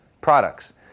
products